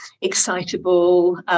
excitable